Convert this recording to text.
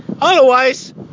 otherwise